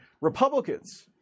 Republicans